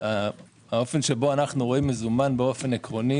האופן שבו אנו רואים מזומן באופן עקרוני